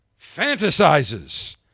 fantasizes